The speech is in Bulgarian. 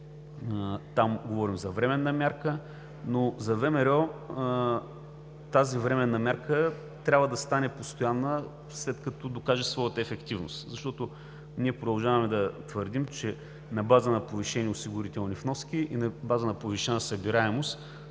Там говорим за временна мярка, но за ВМРО тази временна мярка трябва да стане постоянна, след като докаже своята ефективност, защото ние продължаваме да твърдим, че на база на повишени осигурителни вноски и на база на повишена събираемост